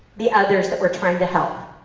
the others that we're trying to help.